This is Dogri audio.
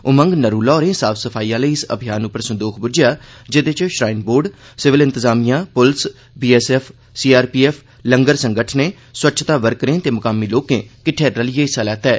उमंग नरूला होरें साफ सफाई आहले इस अभियान उप्पर संदोख बुज्झेआ ऐ जेहदे च श्राईन बोर्ड सिविल इंतजामिया पूलस बीएसएफ सीआरपीएफ लंगर संगठने स्वच्छता वकरें ते मुकामी लोके किट्ठे रलियै हिस्सा लैता ऐ